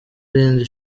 irindi